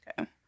Okay